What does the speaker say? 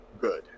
good